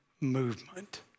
movement